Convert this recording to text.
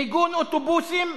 מיגון אוטובוסים,